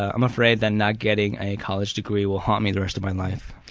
i'm afraid that not getting a college degree will haunt me the rest of my life.